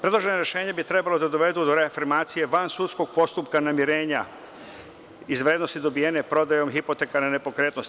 Predložena rešenja bi trebalo da dovedu do reafirmacije van sudskog postupka namirenja iz vrednosti dobijene prodajom hipotekarne nepokretnosti.